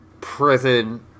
prison